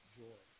joy